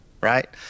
right